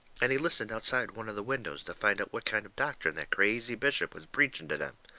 and he listened outside one of the windows to find out what kind of doctrine that crazy bishop was preaching to them.